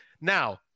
Now